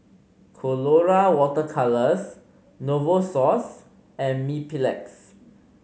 Colora Water Colours Novosource and Mepilex